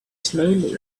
slowly